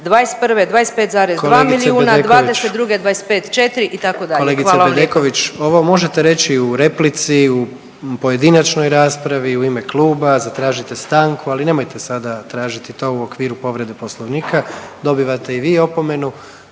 hvala vam lijepo. **Jandroković, Gordan (HDZ)** Kolegice Bedeković, ovo možete reći u replici, u pojedinačnoj raspravi, u ime kluba, zatražite stanku, ali nemojte sada tražiti to u okviru povrede poslovnika, dobivate i vi opomenu.